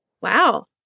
Wow